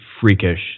freakish